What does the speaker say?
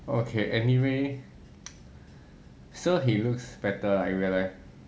okay anyway so he looks better in real life